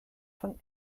von